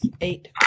Eight